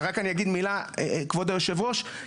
כבוד היושב-ראש,